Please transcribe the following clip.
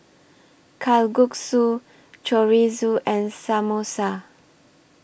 Kalguksu Chorizo and Samosa